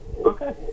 Okay